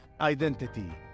identity